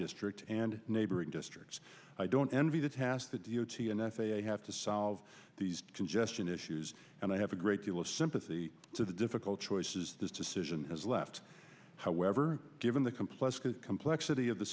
district and neighboring districts i don't envy the task that the o t and f a a have to solve these congestion issues and i have a great deal of sympathy to the difficult choices this decision has left however given the complex complexity of the